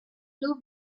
blue